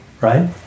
right